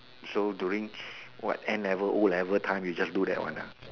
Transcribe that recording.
so during what N-level O-level time you just do that one ah